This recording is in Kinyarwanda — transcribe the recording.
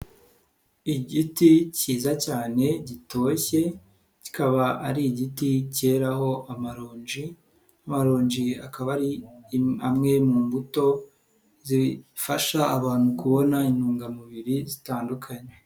Igiti cyiza cyane gitoshye, kikaba ari igiti cyeraraho amaronji, amaronji akaba ari amwe mu mbuto zifasha abantu kubona intungamubiri zitandukanye.